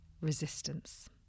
resistance